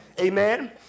Amen